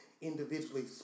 individually